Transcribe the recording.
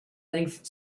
length